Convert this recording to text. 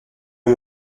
aux